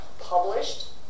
published